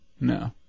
No